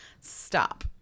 Stop